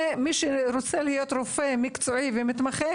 מי שרוצה להיות רופא מקצועי ומתמחה,